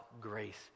grace